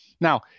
now